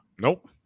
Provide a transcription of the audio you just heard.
nope